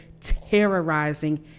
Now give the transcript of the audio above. terrorizing